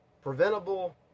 preventable